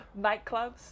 Nightclubs